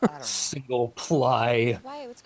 single-ply